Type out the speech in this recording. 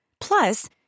Plus